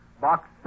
Box